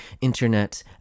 internet